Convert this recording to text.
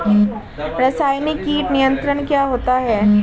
रसायनिक कीट नियंत्रण क्या होता है?